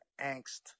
angst